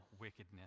wickedness